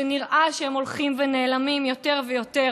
שנראה שהם הולכים ונעלמים יותר ויותר